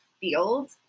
field